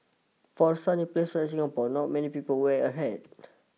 for a sunny place like Singapore not many people wear a hat